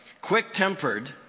quick-tempered